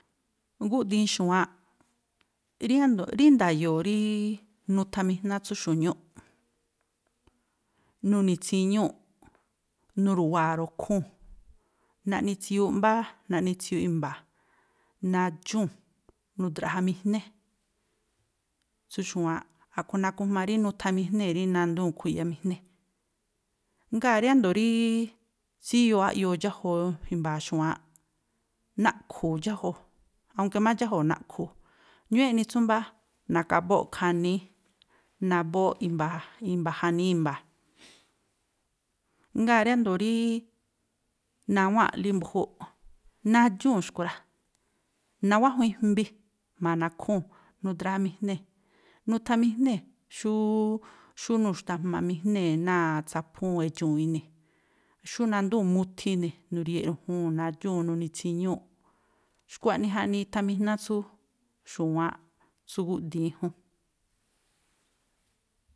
Gúꞌdiin xu̱wáánꞌ, rí ándo̱ꞌ, rí nda̱yo̱o̱ ríí nuthamijná tsú xu̱ñúꞌ, nuni̱ tsiñúu̱ꞌ, nuru̱waa̱ rukhúu̱n, naꞌni tsiyuuꞌ mbáá, naꞌni tsiyuuꞌ i̱mba̱a̱. Nadxúu̱n, nudraꞌjamijné tsú xu̱wáánꞌ, a̱ꞌkhui̱ nakujma rí nuthamijnée̱ rí nandúu̱n khuyamijní. Ŋgáa̱ rí ándo̱ ríí tsíyoo áꞌyoo dxájuu i̱mba̱a̱ xúwáánꞌ, naꞌkhu̱u̱ dxájuu̱, aunke má dxájuu̱ naꞌkhu̱u̱, ñúúꞌ eꞌni tsú mbáá, na̱kábóo̱ꞌ khaníí, nabóóꞌ i̱mba̱a̱ i̱mba̱ janíí i̱mba̱a̱. Ŋgáa̱ rí ándo̱o̱ rííí nawáa̱nꞌlí mbu̱júu̱ꞌ nadxúu̱n xkui̱ rá, nawájuin jmbi jma̱a nakhúu̱n nudraꞌjamijnée̱, nuthamijnée̱ xúúú, xú nuxta̱jmamijnée̱ náa̱ tsa̱phúu̱n edxuu̱n ini̱. Xú nandúu̱n muthi ini̱, nuri̱ye̱ꞌ ru̱juu̱n, nadxúu̱n, nuni̱ tsiñúu̱ꞌ. Xkua̱ꞌnii jaꞌnii ithamijná tsú xu̱wáán tsú gúꞌdiin jún.